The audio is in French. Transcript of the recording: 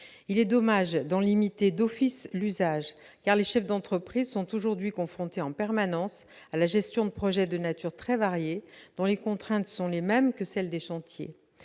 Il est dommage d'en limiter d'office l'usage, car les chefs d'entreprise sont aujourd'hui confrontés en permanence à la gestion de projets de nature très variée, dont les contraintes sont les mêmes que celles des chantiers.